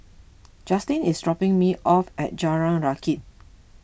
Justine is dropping me off at Jalan Rakit